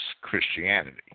Christianity